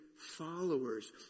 followers